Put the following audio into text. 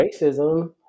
racism